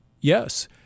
yes